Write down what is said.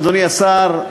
אדוני השר,